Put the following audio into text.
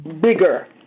Bigger